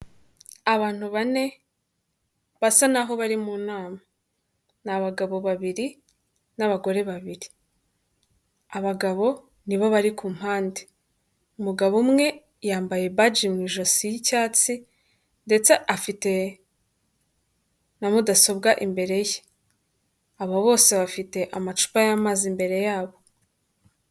Abantu bane basa n'aho bari mu nama. Ni abagabo babiri n'abagore babiri, abagabo ni bo bari ku mpande, umugabo umwe yambaye baji mu ijosi y'icyatsi ndetse afite na mudasobwa imbere ye, abo bose bafite amacupa y'amazi imbere yabo.